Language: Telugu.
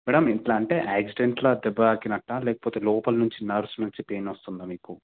మ్యాడమ్ ఇట్లా అంటే యాక్సిడెంట్ల దెబ్బ తాకినట్టా లేకపోతే లోపలనుంచి నర్వ్స్ నుంచి పెయిన్ వస్తుందా మీకు